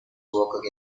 work